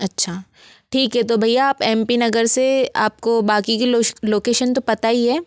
अच्छा ठीक है तो भैया आप एम पी नगर से आप को बाक़ी की लोशक लोकेशन तो पता ही है